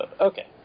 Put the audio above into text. okay